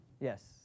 Yes